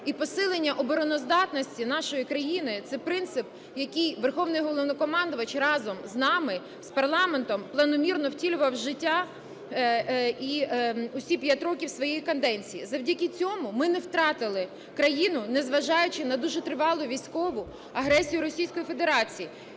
І посилення обороноздатності нашої країни – це принцип, який Верховний Головнокомандувач разом з нами, з парламентом, планомірно втілював в життя і усі 5 років своєї каденції. Завдяки цьому ми не втратили країну, незважаючи на дуже тривалу військову агресію Російської Федерації